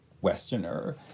Westerner